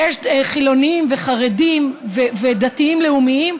ויש חילונים וחרדים ודתיים-לאומיים.